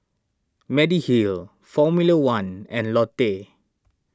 Mediheal formula one and Lotte